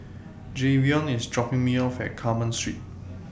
Jayvion IS dropping Me off At Carmen Street